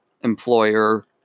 employer